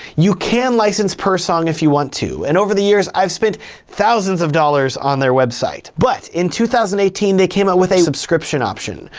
you can license per song if you want to, and over the years, i've spent thousands of dollars on their website. but, in two thousand and eighteen, they came out with a subscription option,